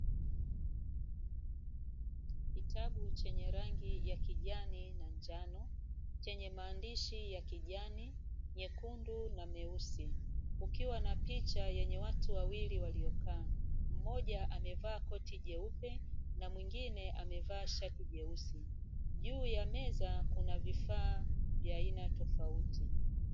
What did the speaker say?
Kitabu chenye rangi ya kijani na njano, chenye maandishi ya kijani, nyekundu na meusi, kukiwa na picha yenye watu wa wili waliokaa. Mmoja amevaa koti jeupe na mwingine amevaa shati jeusi. Juu ya meza kuna vifaa vya aina tofauti.